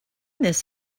this